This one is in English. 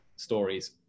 stories